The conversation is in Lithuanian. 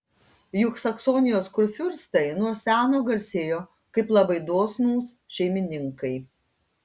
juk saksonijos kurfiurstai nuo seno garsėjo kaip labai dosnūs šeimininkai